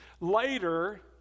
later—